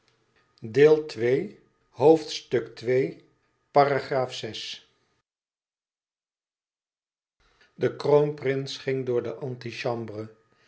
de kroonprins ging door de antichambre